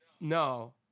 No